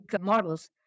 models